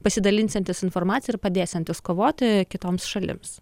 pasidalinsiantis informacija ir padėsiantis kovoti kitoms šalims